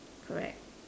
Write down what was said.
correct